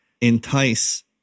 entice